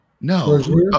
No